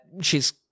she's-